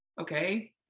Okay